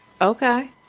okay